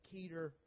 Keter